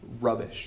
rubbish